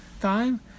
time